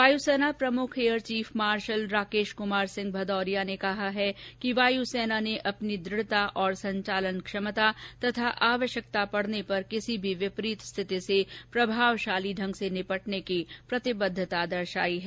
वायुसेना प्रमुख air chief marshal Rakesh Kumar Singh Bhadauria ने कहा है कि वायुसेना ने अपनी दृढ़ता और संचालन क्षमता तथा आवश्यकता पड़ने पर किसी भी विपरीत स्थिति से प्रभावशाली ढंग से निपटने की प्रतिबद्धता दर्शायी है